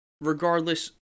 Regardless